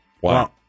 Wow